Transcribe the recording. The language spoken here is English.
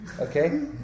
okay